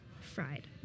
fried